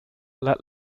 let